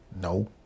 no